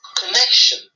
connection